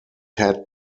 had